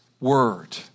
word